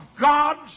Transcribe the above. God's